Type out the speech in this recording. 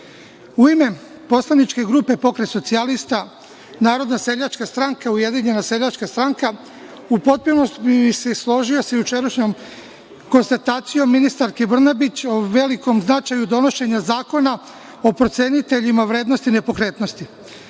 ime poslaničke grupe Pokret socijalista - Narodna seljačka stranka - Ujedinjena seljačka stranka, u potpunosti bih se složio sa jučerašnjom konstatacijom ministarke Brnabić o velikom značaju donošenja zakona o proceniteljima vrednosti nepokretnosti.